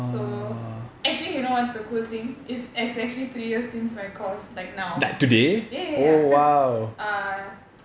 so actually you know what's the cool thing is exactly three years since my course like now ya ya ya cause uh